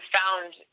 found